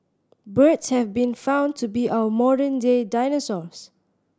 birds have been found to be our modern day dinosaurs